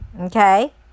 Okay